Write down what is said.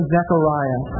Zechariah